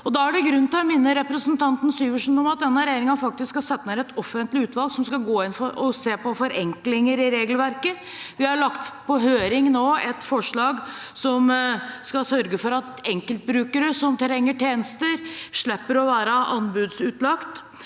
Da er det grunn til å minne representanten Syversen om at den regjeringen faktisk har satt ned et offentlig utvalg som skal gå inn og se på forenklinger i regelverket. Vi har nå lagt ut til høring et forslag som skal sørge for at enkeltbrukere som trenger tjenester, slipper å være anbudsutlagt,